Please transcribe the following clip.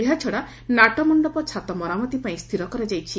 ଏହାଛଡ଼ା ନାଟମଣ୍ଡପ ଛାତ ମରାମତି ପାଇଁ ସ୍ଚିର କରାଯାଇଛି